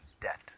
debt